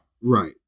Right